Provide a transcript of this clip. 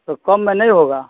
تو کم میں نہیں ہوگا